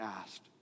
asked